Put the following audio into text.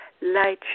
light